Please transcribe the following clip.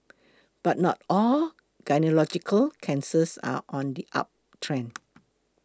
but not all gynaecological cancers are on the uptrend